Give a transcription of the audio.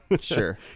Sure